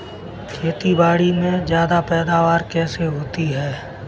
खेतीबाड़ी में ज्यादा पैदावार कैसे होती है?